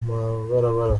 mabarabara